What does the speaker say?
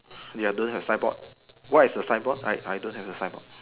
ya don't have signboard what is the signboard I I don't have the signboard